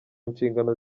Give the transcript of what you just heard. nshingano